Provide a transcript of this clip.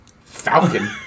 Falcon